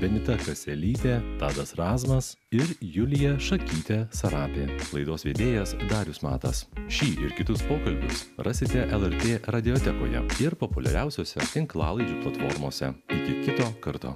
benita kaselytė tadas razmas ir julija šakytė sarapė laidos vedėjas darius matas šį ir kitus pokalbius rasite lrt radiotekoje ir populiariausiose tinklalaidžių platformose iki kito kartu